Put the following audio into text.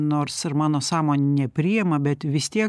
nors ir mano sąmonė nepriima bet vis tiek